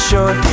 sure